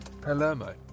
Palermo